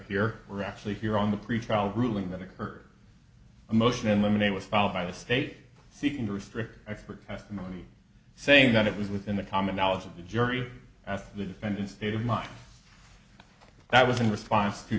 here we're actually here on the pretrial ruling that occurred a motion in limine was filed by the state seeking to restrict expert testimony saying that it was within the common knowledge of the jury as the defendant's state of mind that was in response to